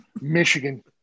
Michigan